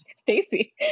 Stacy